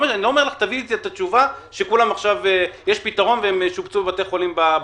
אני לא אומר לך תביאי את התשובה שיש פתרון והם שובצו בבתי חולים בצפון.